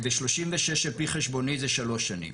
ו-36 על פי חשבוני זה שלוש שנים.